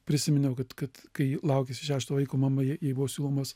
prisiminiau kad kad kai laukėsi šešto vaiko mama jai buvo siūlomas